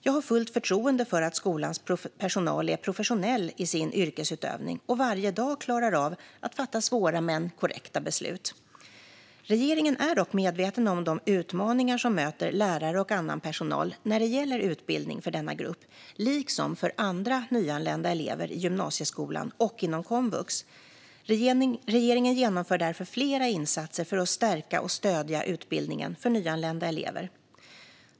Jag har fullt förtroende för att skolans personal är professionell i sin yrkesutövning och varje dag klarar av att fatta svåra men korrekta beslut. Regeringen är dock medveten om de utmaningar som möter lärare och annan personal när det gäller utbildning för denna grupp, liksom för andra nyanlända elever i gymnasieskolan och inom komvux. Regeringen genomför därför flera insatser för att stärka och stödja utbildningen för nyanlända elever.